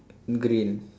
green